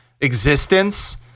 existence